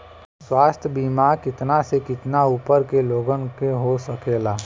स्वास्थ्य बीमा कितना से कितना उमर के लोगन के हो सकेला?